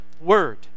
word